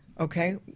Okay